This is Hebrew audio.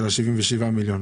של ה-77 מיליון שקלים,